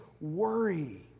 worry